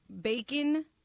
Bacon